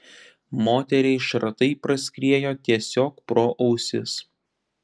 moteriai šratai praskriejo tiesiog pro ausis